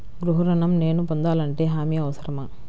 గృహ ఋణం నేను పొందాలంటే హామీ అవసరమా?